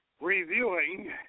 reviewing